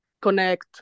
connect